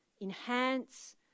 enhance